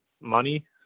money